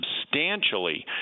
substantially